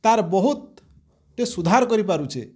ତାର ବହୁତ୍ ସୁଧାର କରୁପାରୁଛେ